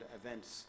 events